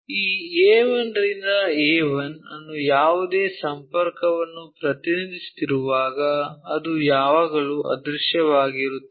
ಈ A ರಿಂದ A 1 ಅನ್ನು ಯಾವುದೇ ಸಂಪರ್ಕವನ್ನು ಪ್ರತಿನಿಧಿಸುತ್ತಿರುವಾಗ ಅದು ಯಾವಾಗಲೂ ಅದೃಶ್ಯವಾಗಿರುತ್ತದೆ